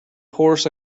horse